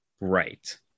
Right